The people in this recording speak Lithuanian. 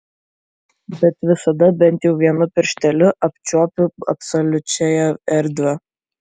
bet visada bent jau vienu piršteliu apčiuopiu absoliučiąją erdvę